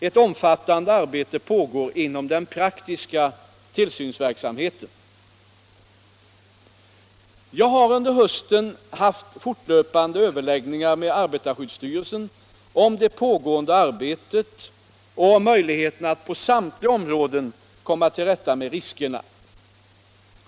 Ett omfattande arbete pågår inom den praktiska tillsynsverksamheten. Jag har under hösten haft fortlöpande överläggningar med arbetarskyddsstyrelsen om det pågående arbetet och om möjligheterna att på samtliga områden komma till rätta med riskerna.